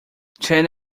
ten